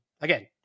again